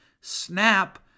snap